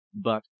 But